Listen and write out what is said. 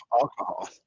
alcohol